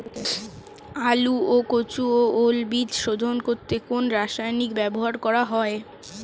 আলু ও কচু ও ওল বীজ শোধন করতে কোন রাসায়নিক ব্যবহার করা হয়?